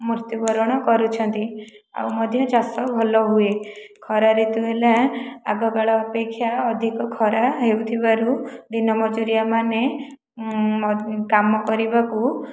ମୃତ୍ୟୁ ବରଣ କରୁଛନ୍ତି ଆଉ ମଧ୍ୟ ଚାଷ ଭଲ ହୁଏ ଖରା ଋତୁ ହେଲା ଆଗ କାଳ ଅପେକ୍ଷା ଅଧିକା ଖରା ହେଉଥିବାରୁ ଦିନ ମଜୁରିଆ ମାନେ କାମ କରିବାକୁ